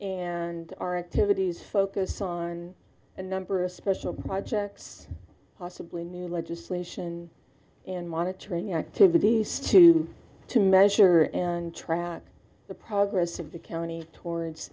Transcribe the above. and our activities focus on a number of special projects possibly new legislation and monitoring activities to do to measure and track the progress of the county towards